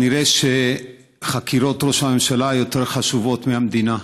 כנראה שחקירות ראש הממשלה יותר חשובות מהמדינה,